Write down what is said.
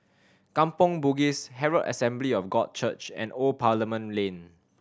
Kampong Bugis Herald Assembly of God Church and Old Parliament Lane